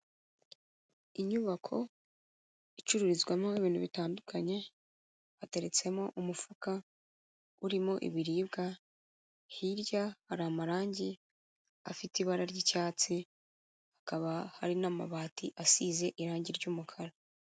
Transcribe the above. Inyubako icururizwamo ibintu bitandukanye, hateretsemo umufuka, urimo ibiribwa, hirya hari amarangi afite ibara ry'icyatsi, hakaba hari n'amabati asize irangi ry'umukara.